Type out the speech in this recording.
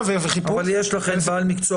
צריך להבהיר שיחולו